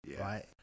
right